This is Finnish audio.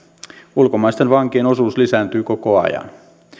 ulkomaisten vankien osuus lisääntyy koko ajan